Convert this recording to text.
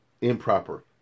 improper